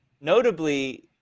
notably